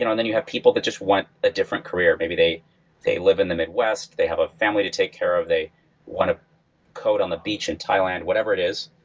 and then you have people that just want a different career. maybe they they live in the midwest. they have a family to take care of. they want to code on the beach in thailand, whatever it is.